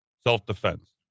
self-defense